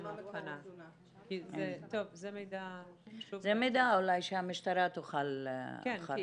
--- זה מידע חשוב --- זה מידע שאולי המשטרה תוכל אחר כך -- כן,